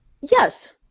yes